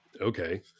Okay